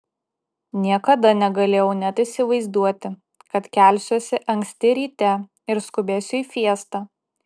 niekada negalėjau net įsivaizduoti kad kelsiuosi anksti ryte ir skubėsiu į fiestą